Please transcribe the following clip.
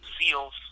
seals